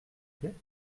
plait